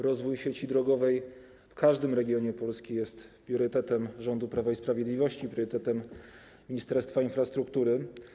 Rozwój sieci drogowej w każdym regionie Polski jest priorytetem rządu Prawa i Sprawiedliwości, priorytetem Ministerstwa Infrastruktury.